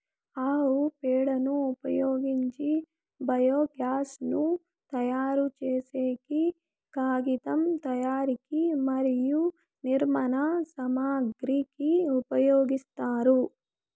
ఆవు పేడను ఉపయోగించి బయోగ్యాస్ ను తయారు చేసేకి, కాగితం తయారీకి మరియు నిర్మాణ సామాగ్రి కి ఉపయోగిస్తారు